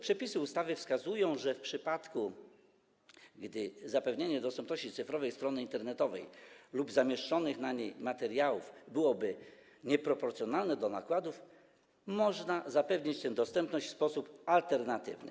Przepisy ustawy wskazują, że w przypadku gdy zapewnienie dostępności cyfrowej strony internetowej lub zamieszczonych na niej materiałów byłoby nieproporcjonalne do nakładów, można zapewnić tę dostępność w sposób alternatywny.